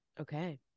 okay